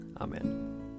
Amen